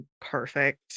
perfect